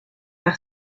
par